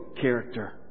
character